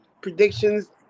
predictions